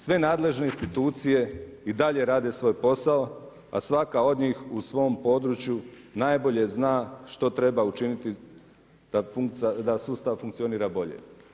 Sve nadležne institucije i dalje rade svoj posao, a svaka od njih u svom području najbolje zna što treba učiniti da sustav funkcionira bolje.